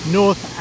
north